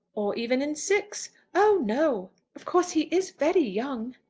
or even in six. oh, no. of course he is very young.